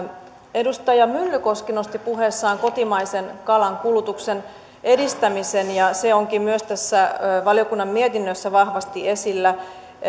edustaja myllykoski nosti puheessaan kotimaisen kalan kulutuksen edistämisen ja se onkin myös tässä valiokunnan mietinnössä vahvasti esillä